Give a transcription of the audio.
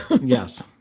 Yes